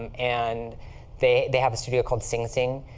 um and they they have a studio called sing-sing.